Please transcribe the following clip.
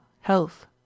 health